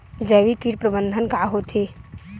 जैविक कीट प्रबंधन का होथे?